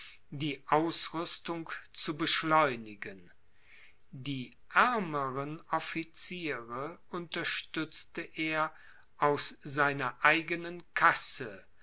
die ausrüstung zu beschleunigen die ärmeren officiere unterstützte er aus seiner eigenen kasse